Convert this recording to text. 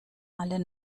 alle